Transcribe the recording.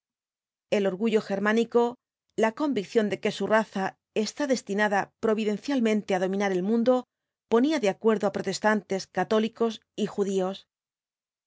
el orgullo germánico la convicción de que su raza está destinada providencialmente á dominar el mundo ponía de acuerdo á protestantes católicos y judíos